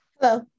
Hello